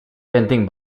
quentin